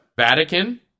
Vatican